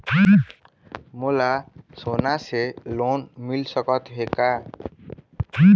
मोला सोना से लोन मिल सकत हे का?